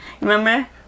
Remember